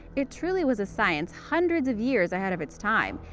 it truly was a science hundreds of years ahead of its time,